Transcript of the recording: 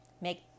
make